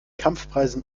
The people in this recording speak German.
kampfpreisen